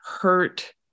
hurt